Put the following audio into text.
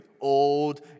old